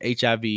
HIV